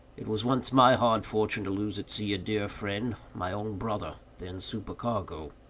it was once my hard fortune to lose, at sea, a dear friend, my own brother, then supercargo.